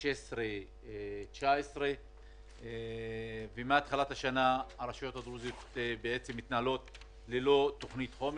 2016 2019 ומתחילת השנה הרשויות הדרוזיות מתנהלות בעצם ללא תוכנית חומש.